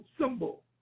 symbol